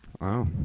Wow